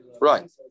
right